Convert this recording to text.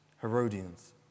Herodians